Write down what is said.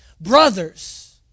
brothers